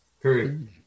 period